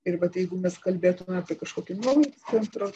ir vat jeigu mes kalbėtume apie kažkokio naujo centro